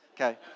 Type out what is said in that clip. okay